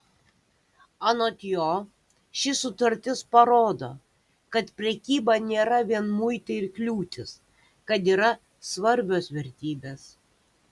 anot jo ši sutartis parodo kad prekyba nėra vien muitai ir kliūtys kad yra svarbios vertybės